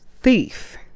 thief